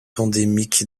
endémique